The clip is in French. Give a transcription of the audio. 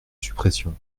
suppression